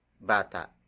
BATA